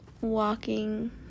walking